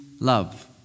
love